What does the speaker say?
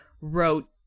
wrote